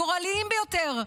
הגורליים ביותר,